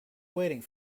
waiting